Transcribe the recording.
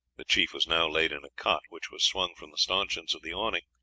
the chief was now laid in a cot which was swung from the stanchions of the awning,